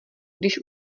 když